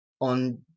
on